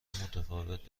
متفاوت